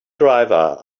driver